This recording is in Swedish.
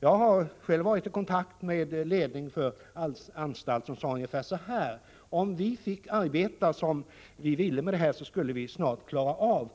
En person i ledningen för en av de anstalter jag varit i kontakt med sade ungefär så här: Om vi fick arbeta som vi ville med de här problemen, skulle vi snart klara av